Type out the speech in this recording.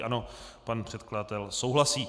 Ano, pan předkladatel souhlasí.